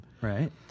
Right